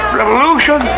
revolution